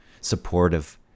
supportive